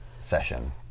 session